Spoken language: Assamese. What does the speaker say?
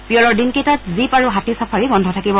পিয়লৰ দিনকেইটাত জীপ আৰু হাতী ছাফাৰী বন্ধ থাকিব